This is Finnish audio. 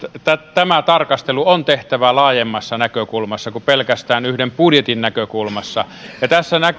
tämä tarkastelu on tehtävä laajemmassa näkökulmassa kuin pelkästään yhden budjetin näkökulmasta ja tässä